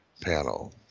panel